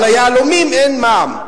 על יהלומים אין מע"מ.